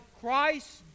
Christ